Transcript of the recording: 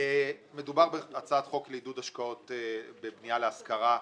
מדובר בהצעת חוק לעידוד השקעות בבנייה להשכרה.